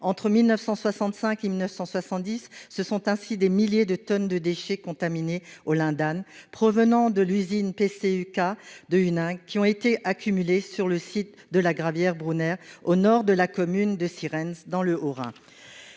entre 1965 et 1970, des milliers de tonnes de déchets contaminés au lindane provenant de l'usine PCUK de Huningue ont ainsi été accumulées sur le site de la gravière Brunner, au nord de la commune de Sierentz, dans le Haut-Rhin.